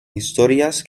històries